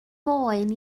boen